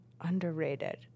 underrated